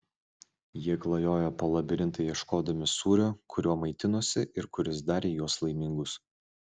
jie klajojo po labirintą ieškodami sūrio kuriuo maitinosi ir kuris darė juos laimingus